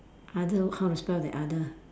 other how to spell the other